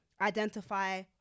identify